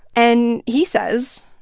and he says,